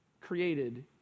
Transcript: created